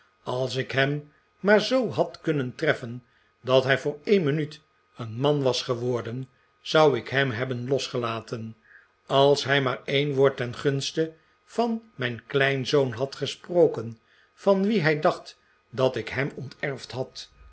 als ik hem maar zoo had kunnen treffen dat hij voor een minuut een man was geworden zou ik hem hebben losgelaten als hij maar een woord ten gunste van mijn kleinzoon had gesproken van wien hij dacht dat ik hem onterfd had